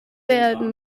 werden